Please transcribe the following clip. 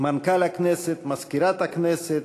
מנכ"ל הכנסת, מזכירת הכנסת,